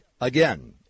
Again